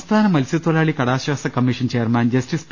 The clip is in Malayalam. സംസ്ഥാന മത്സ്യത്തൊഴിലാളി കടാശ്ചാസ കമ്മീഷൻ ചെയർമാൻ ജസ്റ്റിസ് പി